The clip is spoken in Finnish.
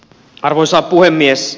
arvoisa puhemies